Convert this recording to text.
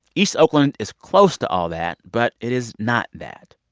east oakland is close to all that, but it is not that.